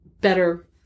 better